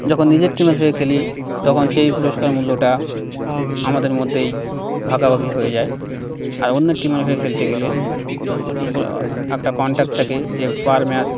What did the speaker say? যখন নিজের টিমের হয়ে খেলি তখন সেই পুরস্কার মূল্যটা আমাদের মধ্যেই ভাগাভাগি হয়ে যায় আর অন্যের টিমের হয়ে খেলতে গেলে একটা কন্ট্রাক্ট থাকে যে পার ম্যাচ